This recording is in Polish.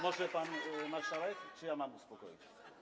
Może pan marszałek czy ja mam uspokoić?